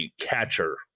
catcher